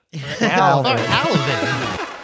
Alvin